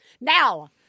Now